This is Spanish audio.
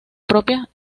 propias